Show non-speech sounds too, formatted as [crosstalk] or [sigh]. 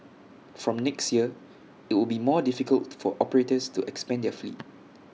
from next year IT will be more difficult [noise] for operators to expand their fleet